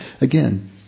Again